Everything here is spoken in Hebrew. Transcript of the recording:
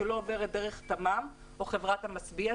שלא עובר דרך תממ או חברת המשביע,